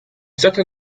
certain